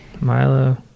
Milo